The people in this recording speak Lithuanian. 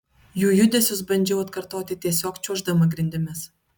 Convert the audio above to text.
jų judesius bandžiau atkartoti tiesiog čiuoždama grindimis